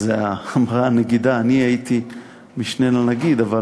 אז אמרה הנגידה, אני הייתי משנֶה לנגיד, אבל